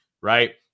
right